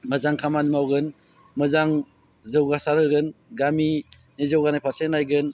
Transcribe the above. मोजां खामानि मावगोन मोजां जौगासार होगोन गामिनि जौगानाय फारसे नायगोन